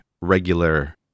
regular